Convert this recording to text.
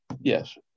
Yes